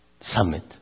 summit